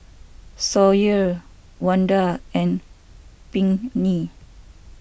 Sawyer Wanda and Pinkney